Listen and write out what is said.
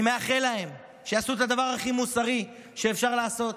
אני מאחל להם שיעשו את הדבר הכי מוסרי שאפשר לעשות,